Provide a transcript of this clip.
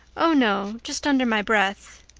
oh, no, just under my breath.